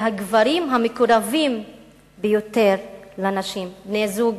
הגברים המקורבים ביותר לנשים: בני-זוג,